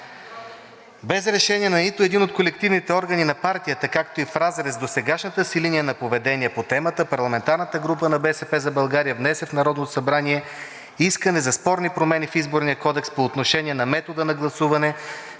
Без решение на нито един от колективните органи на партията, както и в разрез с досегашната си линия на поведение по темата, парламентарната група на „БСП за България” внесе в Народното събрание искане за спорни промени в Изборния кодекс по отношение на метода на гласуване,